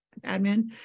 admin